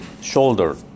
shoulder